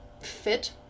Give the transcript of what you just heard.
fit